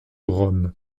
rome